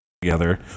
together